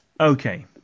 Okay